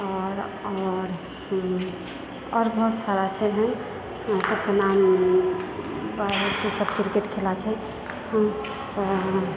आओर आओर हूँ आओर बहुत सारा छै अभी सभकेँ नाम कहैत छी सभ क्रिकेट खेलाइ छै